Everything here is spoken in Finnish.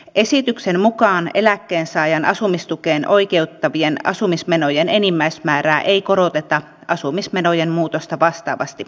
esityksen mukaan eläkkeensaajan asumistukeen oikeuttavien asumismenojen enimmäismäärää ei koroteta asumismenojen muutosta vastaavasti ensi vuonna